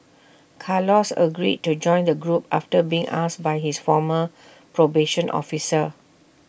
Carlos agreed to join the group after being asked by his former probation officer